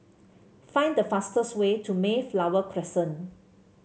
find the fastest way to Mayflower Crescent